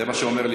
ראשונת המציגים,